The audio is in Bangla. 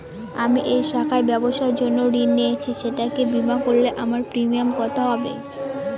আমি এই শাখায় ব্যবসার জন্য ঋণ নিয়েছি সেটাকে বিমা করলে আমার প্রিমিয়াম কত হবে?